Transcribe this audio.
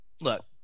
look